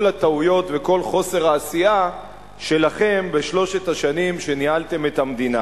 הטעויות וכל חוסר העשייה שלכם בשלוש השנים שניהלתם את המדינה.